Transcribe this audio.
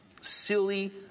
silly